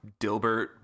Dilbert